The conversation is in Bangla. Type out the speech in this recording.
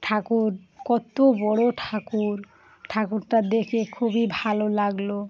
ঠাকুর কত বড় ঠাকুর ঠাকুরটা দেখে খুবই ভালো লাগল